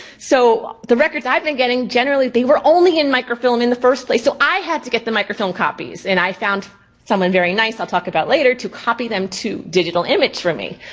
so the records i've been getting generally they were only in microfilm in the first place, so i had to get the microfilm copies. and i found someone very nice, i'll talk about later, to copy them to digital image for me.